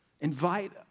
Invite